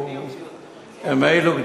הם אלו,